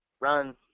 run